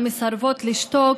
המסרבות לשתוק